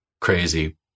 crazy